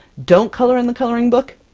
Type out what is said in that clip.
don't color in the coloring book,